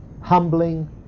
humbling